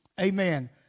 amen